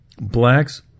blacks